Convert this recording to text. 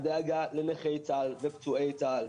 הדאגה לנכי צה"ל ופצועי צה"ל.